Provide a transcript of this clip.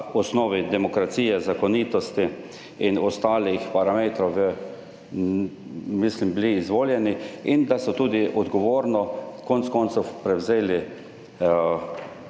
osnovi demokracije, zakonitosti in ostalih parametrov bili izvoljeni in so tudi odgovorno, konec koncev, prevzeli